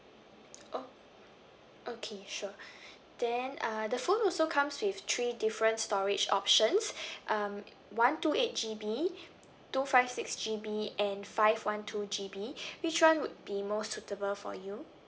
oh okay sure then uh the phone also comes with three different storage options um one two eight G_B two five six G_B and five one two G_B which one would be most suitable for you